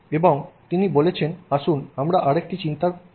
এবং তিনি বলেছেন আসুন আমরা আরেকটি চিন্তার পরীক্ষা বিবেচনা করি